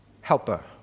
helper